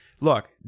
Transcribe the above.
Look